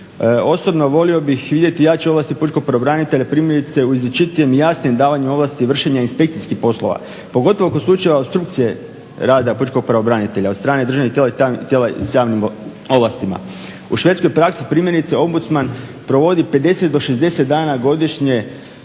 Osobno volio bih vidjeti jače ovlasti pučkog pravobranitelja primjerice u izričitijem i jasnijem davanju ovlasti vršenja inspekcijskih poslova pogotovo kod slučajeva opstrukcije rada pučkog pravobranitelja od strane državnih tijela s javnim ovlastima. U švedskoj praksi primjerice ombudsman provodi 50 do 60 dana godišnje